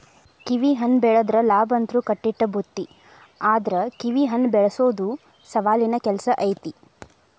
ಕಿವಿಹಣ್ಣ ಬೆಳದ್ರ ಲಾಭಂತ್ರು ಕಟ್ಟಿಟ್ಟ ಬುತ್ತಿ ಆದ್ರ ಕಿವಿಹಣ್ಣ ಬೆಳಸೊದು ಸವಾಲಿನ ಕೆಲ್ಸ ಐತಿ